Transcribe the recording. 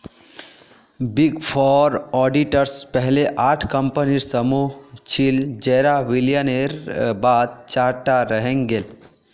big four auditors पहले आठ कम्पनीर समूह छिल जेरा विलयर बाद चार टा रहेंग गेल